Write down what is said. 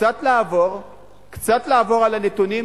קצת לעבור על הנתונים.